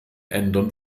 ändern